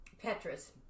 Petra's